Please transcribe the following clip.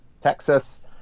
Texas